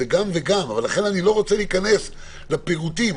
לא רוצה להיכנס לפירוטים.